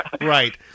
Right